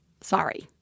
sorry